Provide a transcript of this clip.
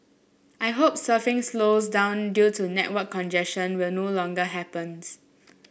I hope surfing slows down due to network congestion will no longer happens